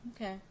Okay